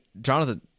Jonathan